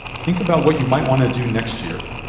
think about what you might wanna do next year,